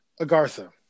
Agartha